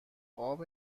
قاب